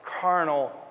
carnal